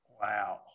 Wow